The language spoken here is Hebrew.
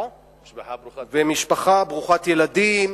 משפחה ברוכת ילדים,